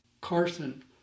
Carson